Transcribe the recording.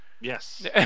Yes